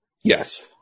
Yes